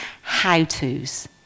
how-tos